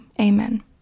amen